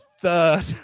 third